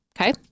Okay